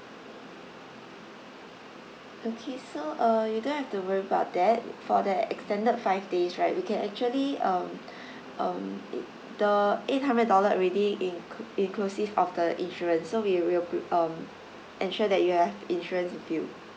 okay so uh you don't have to worry about that for the extended five days right we can actually um um it the eight hundred dollar already include inclusive of the insurance so we will be um ensure that you have insurance with you